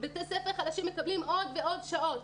בתי ספר חלשים מקבלים עוד ועוד שעות,